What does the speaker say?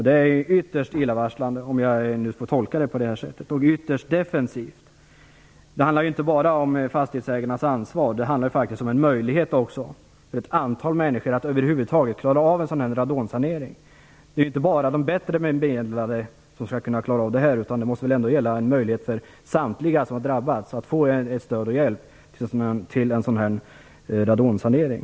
Det är ytterst illavarslande - om nu det sagda skall tolkas som jag gör - och ytterst defensivt. Det handlar ju inte bara om fastighetsägarnas ansvar utan faktiskt också om en möjlighet för ett antal människor att över huvud taget klara av en radonsanering. Det är ju inte bara de bättre bemedlade som skall klara det här, utan det måste väl vara fråga om en möjlighet för samtliga drabbade att få mera hjälp med en radonsanering.